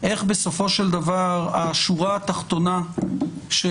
איך בסופו של דבר השורה התחתונה של